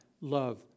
love